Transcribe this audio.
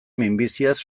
minbiziaz